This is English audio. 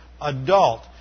adult